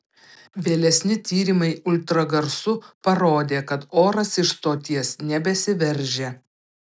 vėlesni tyrimai ultragarsu parodė kad oras iš stoties nebesiveržia